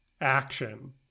action